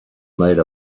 made